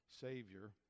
Savior